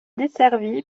desservi